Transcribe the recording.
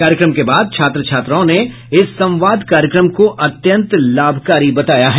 कार्यक्रम के बाद छात्र छात्राओं ने इस संवाद कार्यक्रम को अत्यंत लाभकारी बताया है